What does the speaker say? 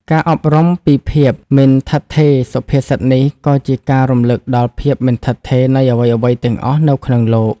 ការអប់រំពីភាពមិនឋិតថេរសុភាសិតនេះក៏ជាការរំលឹកដល់ ភាពមិនឋិតថេរ នៃអ្វីៗទាំងអស់នៅក្នុងលោក។